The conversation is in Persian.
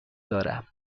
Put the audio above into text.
دارم